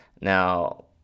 now